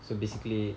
so basically